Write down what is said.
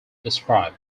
described